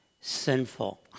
sinful